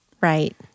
Right